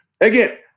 Again